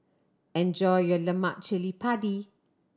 enjoy your lemak cili padi